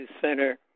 center